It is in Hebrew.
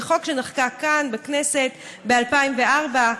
זה חוק שנחקק כאן, בכנסת, ב-2004.